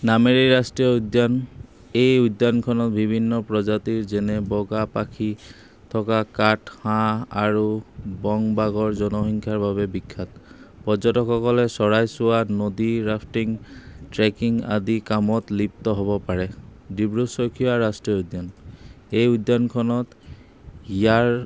নামেৰি ৰাষ্ট্ৰীয় উদ্যান এই উদ্যানখনত বিভিন্ন প্ৰজাতিৰ যেনে বগা পাখি থকা কাঠ হাঁহ আৰু বংবাগৰ জনসংখ্যাৰ বাবে বিখ্যাত পৰ্যটকসকলে চৰাই চোৱা নদী ৰাফ্টিং ট্ৰেকিং আদি কামত লিপ্ত হ'ব পাৰে ডিব্ৰু চৈখোৱা ৰাষ্ট্ৰীয় উদ্যান এই উদ্যানখনত ইয়াৰ